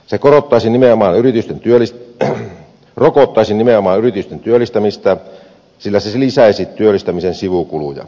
se rokottaisi nimenomaan yritysten työllistämistä sillä se lisäisi työllistämisen sivukuluja